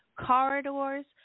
corridors